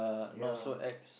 yeah